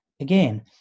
Again